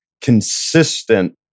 consistent